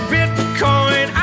Bitcoin